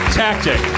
tactic